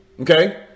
Okay